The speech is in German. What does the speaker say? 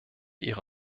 ihre